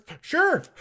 sure